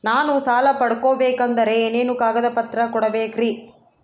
ನಾನು ಸಾಲ ಪಡಕೋಬೇಕಂದರೆ ಏನೇನು ಕಾಗದ ಪತ್ರ ಕೋಡಬೇಕ್ರಿ?